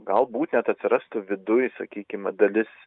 galbūt net atsirastų viduj sakykime dalis